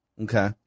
Okay